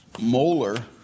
molar